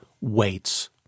waits